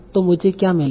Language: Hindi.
तो मुझे क्या मिलेगा